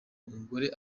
umugore